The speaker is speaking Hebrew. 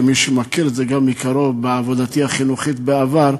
כמי שמכיר את זה גם מקרוב, בעבודתי החינוכית בעבר,